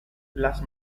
las